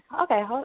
Okay